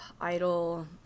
Idol